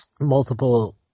multiple